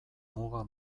muga